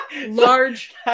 large